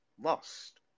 lost